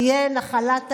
תהיה נחלת העבר,